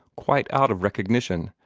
quite out of recognition,